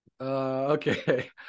Okay